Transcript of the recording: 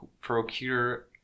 procure